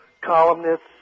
columnists